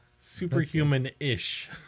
superhuman-ish